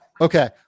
Okay